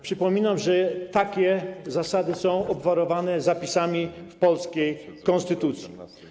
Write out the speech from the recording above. Przypominam, że takie zasady są obwarowane zapisami w polskiej konstytucji.